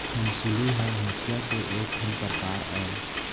हँसुली ह हँसिया के एक ठन परकार अय